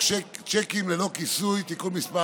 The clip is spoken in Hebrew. שיקים ללא כיסוי (תיקון מס'